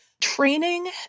Training